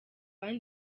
abandi